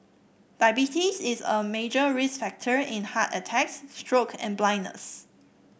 diabetes is a major risk factor in heart attacks stroke and blindness